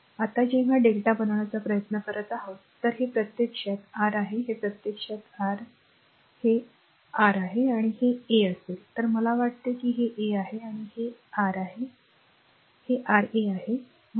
आता जेव्हा lrmΔ बनवण्याचा प्रयत्न करत आहात तर हे प्रत्यक्षात r आहे हे प्रत्यक्षात r आहे हे प्रत्यक्षात r आहे जर ते a असेल तर मला वाटते की हे a आहे आणि हे r आहे होय हे r a आहे म्हणून